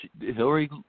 Hillary